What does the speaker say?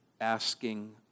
asking